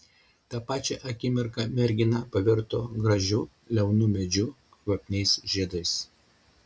tą pačią akimirka mergina pavirto gražiu liaunu medžiu kvapniais žiedais